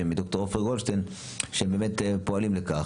מד"ר עופר גולדשטיין שבאמת פועלים לכך,